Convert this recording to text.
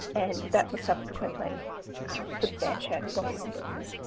and that was subsequently substantiated by the ombudsman.